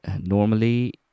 normally